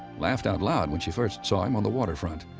laughed out loud when she first saw him on the waterfront.